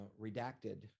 redacted